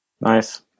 Nice